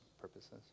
purposes